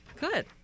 Good